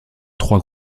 trois